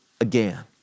again